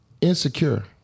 Insecure